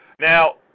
Now